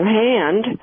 hand